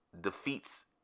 defeats